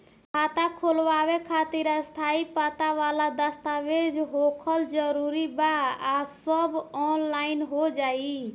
खाता खोलवावे खातिर स्थायी पता वाला दस्तावेज़ होखल जरूरी बा आ सब ऑनलाइन हो जाई?